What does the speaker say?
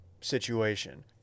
situation